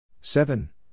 seven